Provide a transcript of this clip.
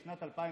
בשנת 2012,